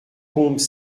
combes